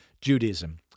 judaism